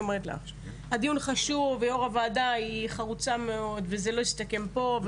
הדיון חשוב ויושבת-ראש הוועדה חרוצה ואני יודעת שזה לא יסתכם פה.